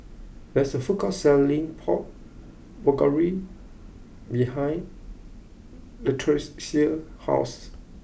there is a food court selling Pork Bulgogi behind Latricia's house